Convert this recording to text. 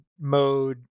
mode